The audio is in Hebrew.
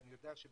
ואני יודע שבאמת